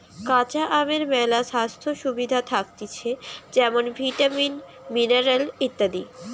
কাঁচা আমের মেলা স্বাস্থ্য সুবিধা থাকতিছে যেমন ভিটামিন, মিনারেল ইত্যাদি